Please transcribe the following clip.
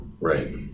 right